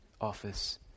office